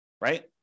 right